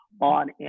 on